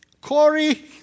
Corey